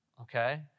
Okay